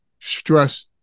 stress